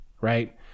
right